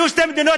ויהיו שתי מדינות,